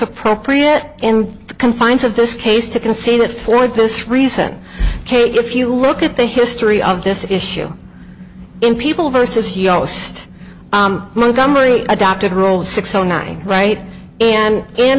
appropriate in the confines of this case to concede that for this reason kate if you look at the history of this issue in people versus youngest montgomery adopted rule six o nine right and in